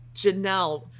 Janelle